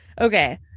okay